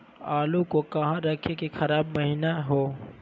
आलू को कहां रखे की खराब महिना हो?